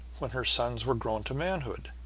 when her sons were grown to manhood,